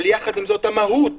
אבל יחד עם זאת, המהות